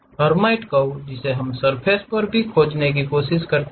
Hermite curve जिसे हम surface पर भी खोजने की कोशिश कर रहे हैं